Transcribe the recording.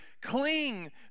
cling